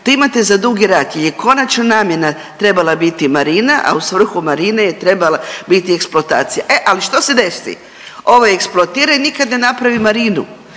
tu imate za Dugi Rat je konačna namjena trebala biti marina, a u svrhu marine je trebala biti eksploatacija. E a što se desi? Ovo eksploatira i nikad ne napravi marinu,